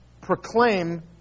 proclaim